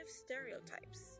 stereotypes